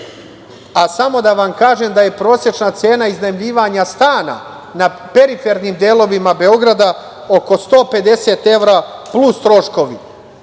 a samo da vam kažem da je prosečna cena iznajmljivanja stana na perifernim delovima Beograda oko 150 evra, plus troškovi.